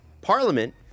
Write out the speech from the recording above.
parliament